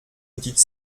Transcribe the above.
petite